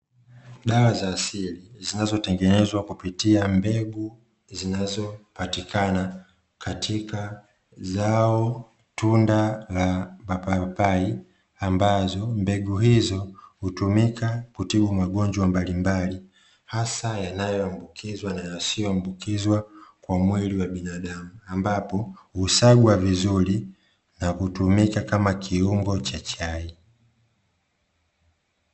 Dawa za asili zinazotengenezwa kupitia mbegu zinazopatikana katika zao tunda la papai ambazo mbegu hizo hutumika kutibu magonjwa mbalimbali hasa yanayoambukizwa na yasiyoambukizwa kwa mwili wa binadamu ambapo husagwa vizuri na kutumika kama kiungo cha chai.